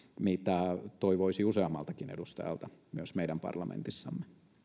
mitä toivoisi useammaltakin edustajalta myös meidän parlamentissamme